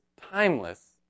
timeless